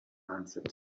answered